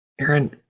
Aaron